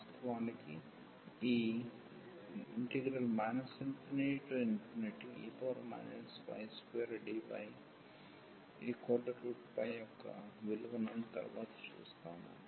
వాస్తవానికి ఈ ∞e y2dy యొక్క విలువను తరువాత చూస్తాము